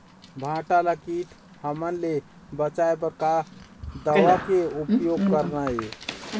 भांटा ला कीट हमन ले बचाए बर का दवा के उपयोग करना ये?